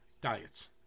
diets